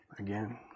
again